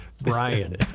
Brian